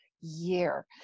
year